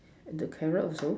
and the carrot also